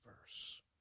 verse